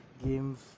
games